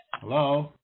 hello